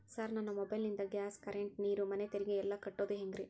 Sir ನನ್ನ mobile ನಿಂದ gas, current, ನೇರು, ಮನೆ ತೆರಿಗೆ ಎಲ್ಲಾ ಕಟ್ಟೋದು ಹೆಂಗ್ರಿ?